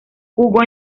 jugó